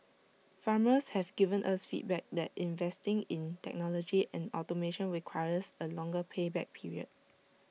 farmers have given us feedback that investing in technology and automation requires A longer pay back period